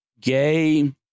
gay